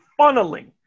funneling